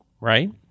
right